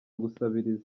gusabiriza